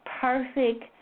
perfect